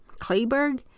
Kleberg